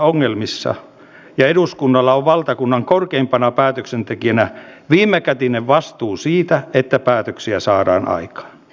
minä tuohon edustaja aallon sanomaan että siellä isis miehet ja muut ovat pelottelemassa näitä miehiä